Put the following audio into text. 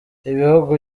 ibihugu